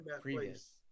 previous